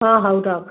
ହଁ ହଉ ରଖ